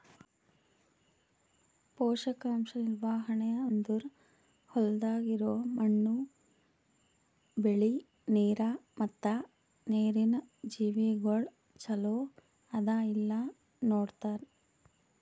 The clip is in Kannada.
ಪೋಷಕಾಂಶ ನಿರ್ವಹಣೆ ಅಂದುರ್ ಹೊಲ್ದಾಗ್ ಇರೋ ಮಣ್ಣು, ಬೆಳಿ, ನೀರ ಮತ್ತ ನೀರಿನ ಜೀವಿಗೊಳ್ ಚಲೋ ಅದಾ ಇಲ್ಲಾ ನೋಡತಾರ್